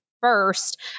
first